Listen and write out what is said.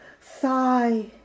sigh